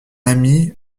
amy